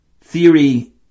theory